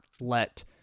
let